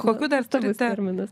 kokių dar turi terminų